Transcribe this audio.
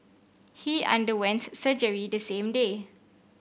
he underwent surgery the same day